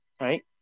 right